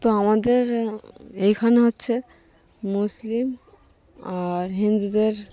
তো আমাদের এইখানে হচ্ছে মুসলিম আর হিন্দুদের